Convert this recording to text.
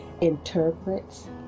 interprets